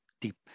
deep